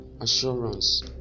assurance